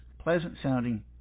pleasant-sounding